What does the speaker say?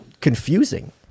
confusing